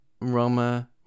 Roma